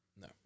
No